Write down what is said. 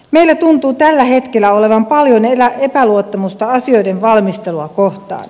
meillä tuntuu tällä hetkellä olevan paljon epäluottamusta asioiden valmistelua kohtaan